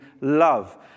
love